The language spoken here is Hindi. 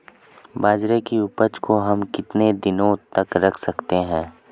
बाजरे की उपज को हम कितने दिनों तक रख सकते हैं?